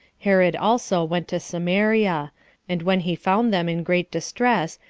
herod also went to samaria and when he found them in great distress,